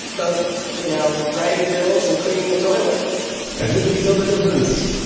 both, you know, writing the bills and cleaning the toilets as if we could tell the difference!